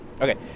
Okay